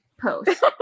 post